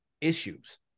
issues